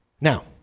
Now